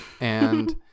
And-